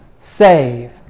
save